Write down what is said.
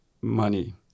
money